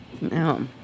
No